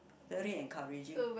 really encouraging